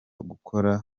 gukora